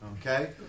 Okay